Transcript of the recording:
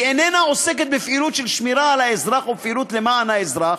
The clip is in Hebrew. איננה עוסקת בפעילות של שמירה על האזרח או בפעילות למען האזרח.